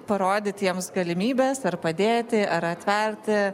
parodyt jiems galimybes ar padėti ar atverti